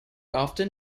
often